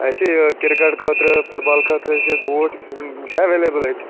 اَسہِ چھِ یہِ کِرکٹ خٲطرٕ فُٹ بال خٲطرٕچھِ بوٗٹ یِم چھا ایویلیبٕل اتہِ